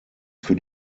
für